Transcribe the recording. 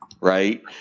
right